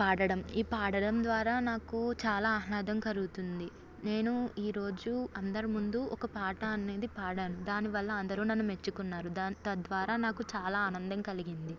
పాడడం ఈ పాడడం ద్వారా నాకు చాలా ఆహ్లాదం కలుగుతుంది నేను ఈ రోజు అందరి ముందు ఒక పాట అనేది పాడాను దానివల్ల అందరూ నన్ను మెచ్చుకున్నారు తద్వారా నాకు చాలా ఆనందం కలిగింది